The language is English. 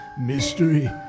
mystery